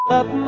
up